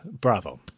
Bravo